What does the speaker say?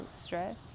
stress